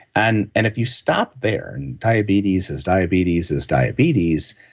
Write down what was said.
and and if you stop there, and diabetes is diabetes is diabetes,